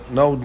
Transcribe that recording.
no